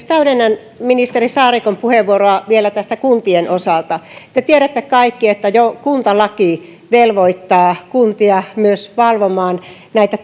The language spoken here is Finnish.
täydennän ministeri saarikon puheenvuoroa vielä kuntien osalta te tiedätte kaikki että jo kuntalaki velvoittaa kuntia myös valvomaan näitä